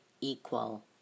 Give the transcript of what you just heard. equal